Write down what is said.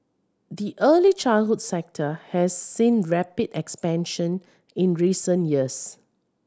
the early childhood sector has seen rapid expansion in recent years